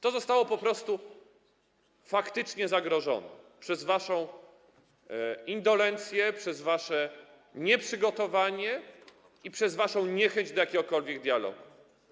To zostało po prostu faktycznie zagrożone przez waszą indolencję, przez wasze nieprzygotowanie i przez waszą niechęć do jakiegokolwiek dialogu.